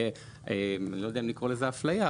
אני לא יודע אם לקרוא לזה אפליה,